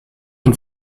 und